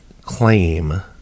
claim